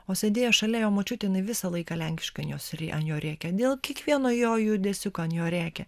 o sėdėjo šalia jo močiutė jinai visą laiką lenkiškai an jos ant jo rėkia dėl kiekvieno jo judesiuko ant jo rėkia